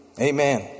Amen